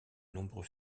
nombreux